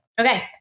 Okay